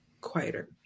quieter